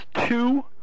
two